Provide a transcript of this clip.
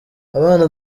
abana